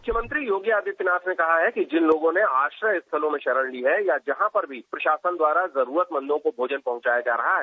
मुख्यमंत्री योगी आदित्यनाथ ने कहा है कि जिन लोगों ने आश्रय स्थलों में शरण ली है या जहां भी प्रशासन द्वारा जरूरतमंदों को भोजन पहुंचाया जा रहा है